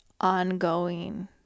ongoing